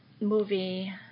movie